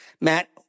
Matt